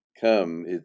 come